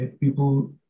people